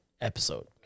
episode